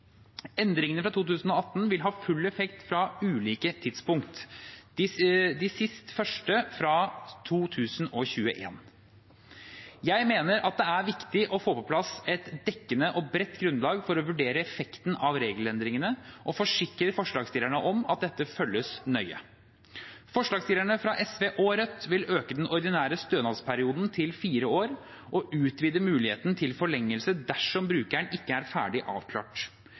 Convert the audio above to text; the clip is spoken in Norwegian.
Endringene fra 2018 vil ha full effekt fra ulike tidspunkt – de siste først fra 2021. Jeg mener at det er viktig å få på plass et dekkende og bredt grunnlag for å vurdere effekten av regelendringene, og jeg forsikrer forslagsstillerne om at dette følges nøye. Forslagsstillerne fra SV og Rødt vil øke den ordinære stønadsperioden til fire år og utvide muligheten til forlengelse dersom brukeren ikke er ferdig avklart.